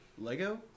Lego